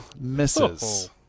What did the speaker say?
misses